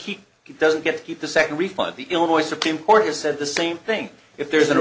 he doesn't get to keep the second refund the illinois supreme court has said the same thing if there's an